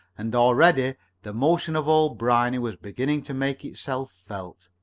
and already the motion of old briny was beginning to make itself felt.